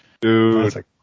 Dude